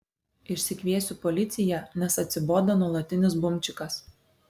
išsikviesiu policiją nes atsibodo nuolatinis bumčikas